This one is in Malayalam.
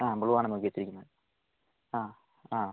ആ ബ്ലൂവാണ് നോക്കിവെച്ചിരിക്കുന്നത് ആ ആ